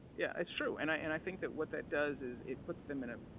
yeah, it's true. and i and i think that what that does is it puts them in a.